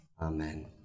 amen